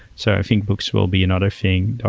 so i think books will be another thing. ah